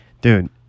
Dude